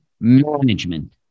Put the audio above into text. management